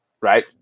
right